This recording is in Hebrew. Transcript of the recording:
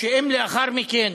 ואם לאחר מכן